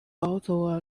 also